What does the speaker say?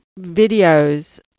videos